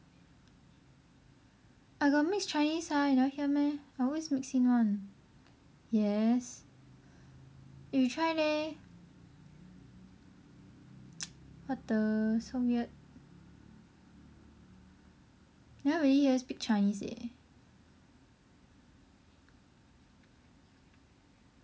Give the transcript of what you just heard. I got mix chinese ah you never hear meh I always mixing one yes eh you try leh what the so weird never really hear you speak chinese leh